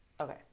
Okay